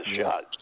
shot